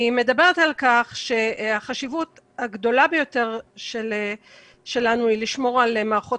מדבר על כך שהחשיבות הגדולה ביותר שלנו היא לשמור על מערכות